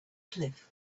cliff